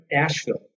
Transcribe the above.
Asheville